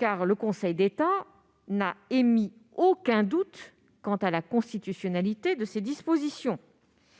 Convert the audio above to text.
Le Conseil d'État n'a émis aucun doute sur la constitutionnalité de ces dispositions